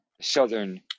Southern